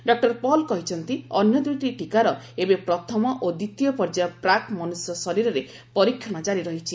doctor Paul କହିଛନ୍ତି ଅନ୍ୟ ଦୁଇଟି ଟୀକାର ଏବେ ପ୍ରଥମ ଓ ଦ୍ୱିତୀୟ ପର୍ଯ୍ୟାୟ ପ୍ରାକ୍ ମନୁଷ୍ୟ ଶରୀରରେ ପରୀକ୍ଷଣ ଜାରି ରହିଛି